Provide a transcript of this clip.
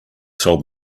told